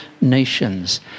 nations